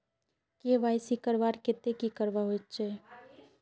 KYC करवार केते की करवा होचए?